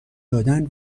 دادن